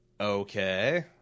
okay